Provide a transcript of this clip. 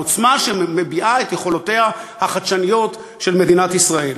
עוצמה שמביעה את יכולותיה החדשניות של מדינת ישראל.